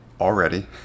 already